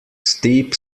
steep